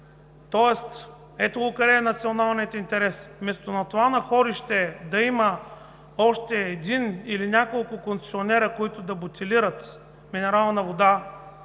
води. Ето го къде е националният интерес. Вместо това находище да има още един или няколко концесионера, които да бутилират минерална вода,